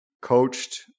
coached